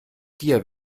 dir